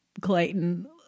Clayton